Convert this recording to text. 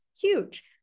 huge